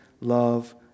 love